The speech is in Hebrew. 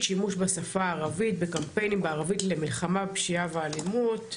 שימוש בשפה הערבית בקמפיינים בערבית למלחמה בפשיעה ואלימות.